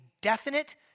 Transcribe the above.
definite